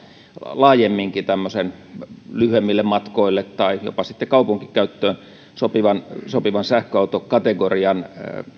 laajemminkin lyhyemmille matkoille tai jopa kaupunkikäyttöön sopivan sopivan sähköautokategorian